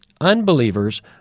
Unbelievers